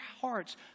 hearts